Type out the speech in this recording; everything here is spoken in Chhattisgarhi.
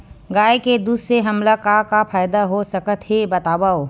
गाय के दूध से हमला का का फ़ायदा हो सकत हे बतावव?